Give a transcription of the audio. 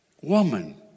Woman